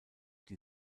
die